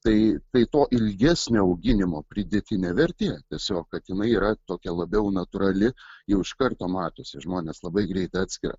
taitai to ilgesnio auginimo pridėtinė vertė tiesiog kad jinai yra tokia labiau natūrali jau iš karto matosi žmonės labai greit atskiria